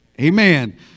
Amen